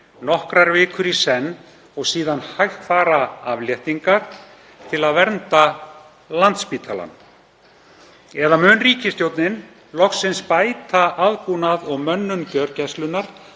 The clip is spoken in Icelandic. nokkrar vikur í senn og síðan hægfara afléttingar til að vernda Landspítalann eða mun ríkisstjórnin loksins bæta aðbúnað og mönnun gjörgæslunnar